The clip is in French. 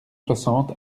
soixante